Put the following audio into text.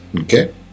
okay